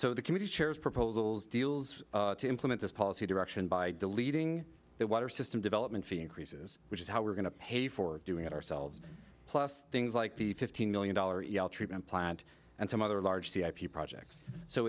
so the committee chairs proposals deals to implement this policy direction by deleting the water system development fee increases which is how we're going to pay for doing it ourselves plus things like the fifteen million dollar yele treatment plant and some other large c i p projects so